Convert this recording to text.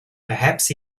perhaps